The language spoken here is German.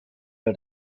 der